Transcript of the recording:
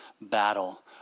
battle